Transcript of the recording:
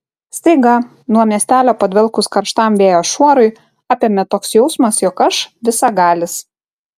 staiga nuo miestelio padvelkus karštam vėjo šuorui apėmė toks jausmas jog aš visagalis